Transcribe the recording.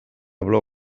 blog